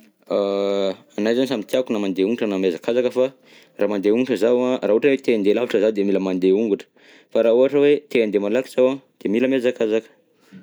Ny ahy zany samby tiako na mandeha ongotra na mihazakazaka fa raha mandeha ongotra zaho an, raha ohatra hoe te handeha lavitra zaho de mila mandeha ongotra, fa raha ohatra hoe te handeha malaky zaho an de mila mihazakazaka.